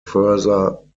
further